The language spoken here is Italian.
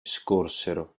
scorsero